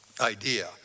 idea